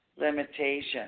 limitation